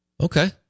Okay